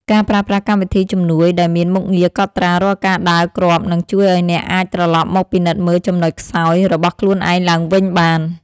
ការប្រើប្រាស់កម្មវិធីជំនួយដែលមានមុខងារកត់ត្រារាល់ការដើរគ្រាប់នឹងជួយឱ្យអ្នកអាចត្រឡប់មកពិនិត្យមើលចំណុចខ្សោយរបស់ខ្លួនឯងឡើងវិញបាន។